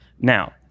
Now